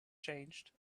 changed